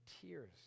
tears